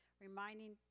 reminding